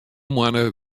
moanne